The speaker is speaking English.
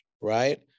right